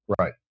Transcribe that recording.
Right